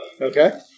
Okay